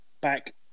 back